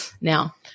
now